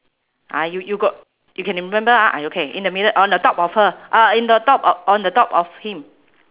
ah you you got you can remember ah I okay in the middle on the top of her uh in the top o~ on the top of him